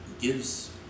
gives